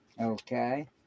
Okay